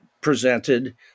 presented